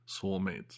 soulmates